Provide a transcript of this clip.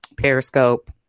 Periscope